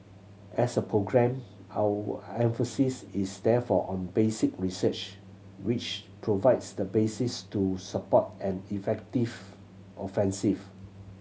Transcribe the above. as a programme our emphasis is therefore on basic research which provides the basis to support an effective offensive